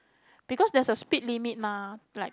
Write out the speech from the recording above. because there's a speed limit mah like